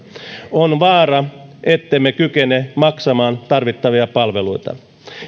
on vaara ettemme kykene maksamaan tarvittavia palveluita